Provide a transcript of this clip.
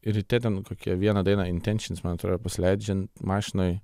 ryte ten kokią vieną dainą intencions man atrodo pasileidžiu ten mašinoj